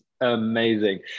amazing